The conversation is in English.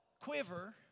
Quiver